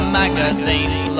magazines